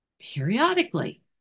periodically